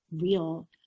real